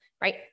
right